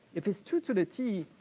if it's two to the t,